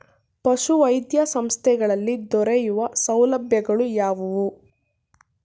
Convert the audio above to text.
ಪಶುವೈದ್ಯ ಸಂಸ್ಥೆಗಳಲ್ಲಿ ದೊರೆಯುವ ಸೌಲಭ್ಯಗಳು ಯಾವುವು?